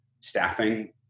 staffing